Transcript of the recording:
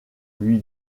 lui